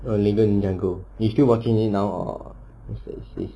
oh lego ninja go you still watching it now or search this